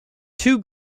two